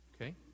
Okay